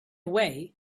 way